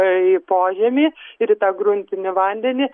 į požemį ir į tą gruntinį vandenį